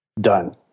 Done